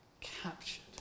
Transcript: captured